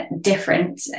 different